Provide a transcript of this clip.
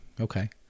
okay